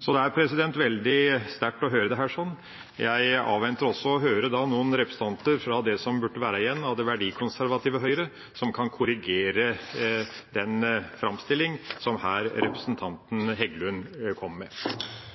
Det er veldig sterkt å høre dette. Jeg avventer også å høre noen representanter fra det som burde være igjen av det verdikonservative Høyre, som kan korrigere den framstillinga som representanten Heggelund her kom med.